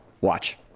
Watch